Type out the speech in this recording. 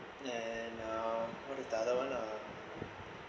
and uh what did the other one ah